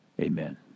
Amen